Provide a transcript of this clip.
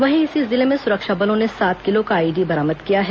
वहीं इसी जिले में सुरक्षा बलों ने सात किलो का आईईडी बरामद किया है